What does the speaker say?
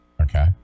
okay